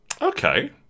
Okay